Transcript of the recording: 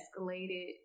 escalated